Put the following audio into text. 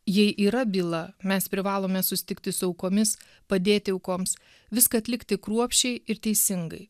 jei yra byla mes privalome susitikti su aukomis padėti aukoms viską atlikti kruopščiai ir teisingai